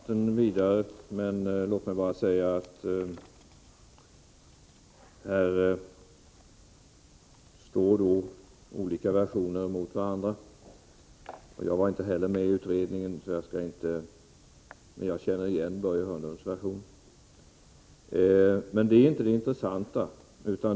Herr talman! Jag tänker inte föra den här debatten vidare. Olika versioner står mot varandra. Jag var inte heller med i utredningen, men jag känner igen Börje Hörnlunds version. Detta är emellertid inte det intressanta.